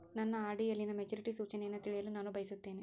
ನನ್ನ ಆರ್.ಡಿ ಯಲ್ಲಿನ ಮೆಚುರಿಟಿ ಸೂಚನೆಯನ್ನು ತಿಳಿಯಲು ನಾನು ಬಯಸುತ್ತೇನೆ